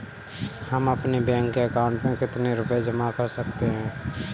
हम अपने bank account में कितने रुपये जमा कर सकते हैं?